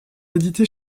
éditée